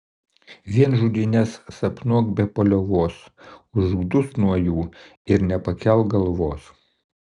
vien žudynes sapnuok be paliovos uždusk nuo jų ir nepakelk galvos